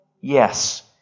Yes